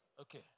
Okay